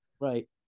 Right